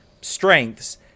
strengths